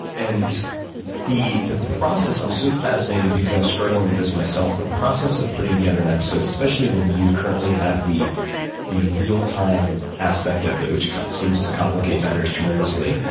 and the the process i'm so fascinated because i'm struggling with this myself the process of putting together an episode, especially when you currently have the the real time aspect of it which seems to complicate matters tremendously,